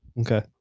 Okay